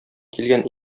килгән